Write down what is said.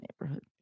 neighborhood